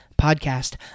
Podcast